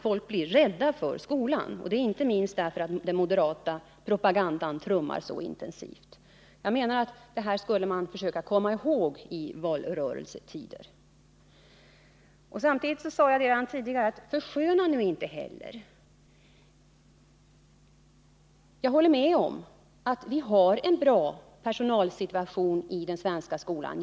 Folk blir rädda för tillståndet i skolan — inte minst därför att den moderata propagandan trummar så intensivt. Britt Mogårds uttalande i dag borde moderaterna försöka komma ihåg i valrörelsetider. Jag sade redan tidigare: Försköna nu inte heller! Jag håller med om att vi jämfört med andra länder har en bra personalsituation i den svenska skolan.